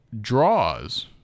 Draws